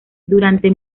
durante